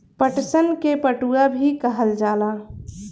पटसन के पटुआ भी कहल जाला